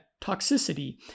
toxicity